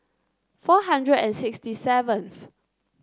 four hundred and sixty seventh